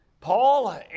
Paul